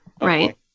right